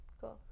Cool